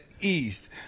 East